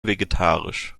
vegetarisch